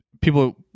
people